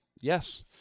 Yes